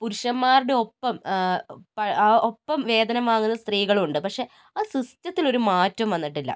പുരുഷന്മാരുടെ ഒപ്പം ആ ഒപ്പം വേതനം വാങ്ങുന്ന സ്ത്രീകളും ഉണ്ട് പക്ഷേ ആ സിസ്റ്റത്തിൽ ഒര് മാറ്റോം വന്നിട്ടില്ല